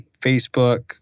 Facebook